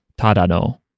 Tadano